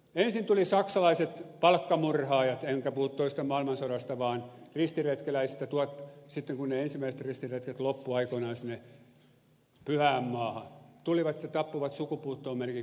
ensin tulivat saksalaiset palkkamurhaajat enkä puhu toisesta maailmansodasta vaan ristiretkeläisistä sitten kun ne ensimmäiset ristiretket loppuivat aikoinaan sinne pyhään maahan tulivat ja tappoivat sukupuuttoon melkein kaikki